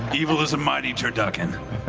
evil is a mighty turducken.